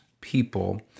people